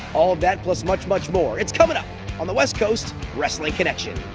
all of that plus much much more, its coming up on the west coast wrestling connection